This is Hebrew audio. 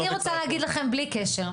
אני רוצה להגיד לכם בלי קשר,